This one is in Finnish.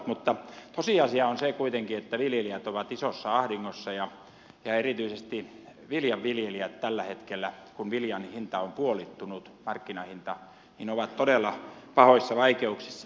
mutta tosiasia on se kuitenkin että viljelijät ovat isossa ahdingossa ja erityisesti viljan viljelijät tällä hetkellä kun viljan markkinahinta on puolittunut ovat todella pahoissa vaikeuksissa